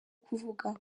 kuvuga